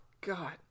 God